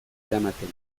eramaten